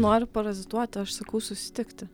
nori parazituoti aš sakau susitikti